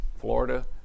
Florida